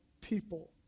people